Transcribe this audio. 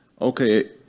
okay